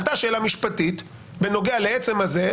עלתה שאלה משפטית בנוגע לעצם הזה,